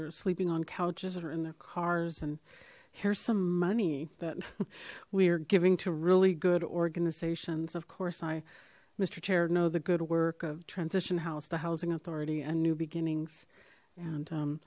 or sleeping on couches or in their cars and here's some money that we are giving to really good organizations of course i mr chair know the good work of transition house the housing authority and new beginnings and